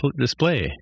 display